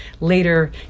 later